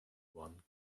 one